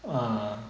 ah